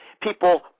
people